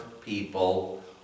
people